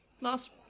Last